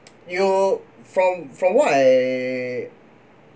you from from what I